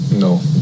No